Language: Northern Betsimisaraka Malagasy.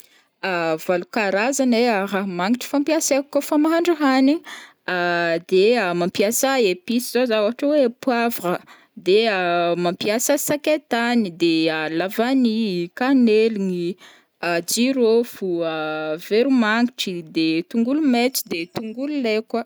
Valo karazany ai raha magnitry fampiasaiko kaofa mahandro hanigny, de mampiasa épices zao zaho ohatra hoe poivra, de mampiasa sakay tany, de lavany, kaneligny, jirôfo, veromagnitry, de tongolo maitso, de tongolo lay koa.